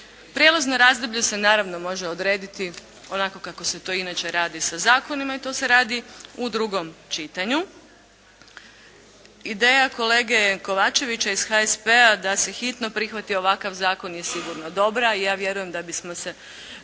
Prijelazno razdoblje se može naravno odrediti onako kako se to i inače radi sa zakonima i to se radi u drugom čitanju. Ideja kolege Kovačevića iz HSP-a da se hitno prihvati ovakav zakon je sigurno dobra. Ja vjerujem da bismo se